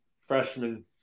freshman